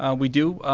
ah we do.